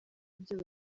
ibyo